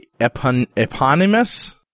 Eponymous